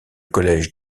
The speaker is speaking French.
collège